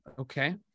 Okay